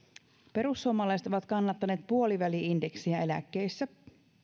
perussuomalaiset ovat kannattaneet puoliväli indeksiä eläkkeissä